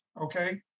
okay